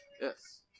Yes